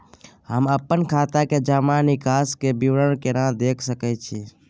हम अपन खाता के जमा निकास के विवरणी केना देख सकै छी?